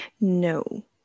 No